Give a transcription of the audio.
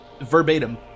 verbatim